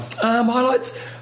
Highlights